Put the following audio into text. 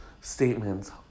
statements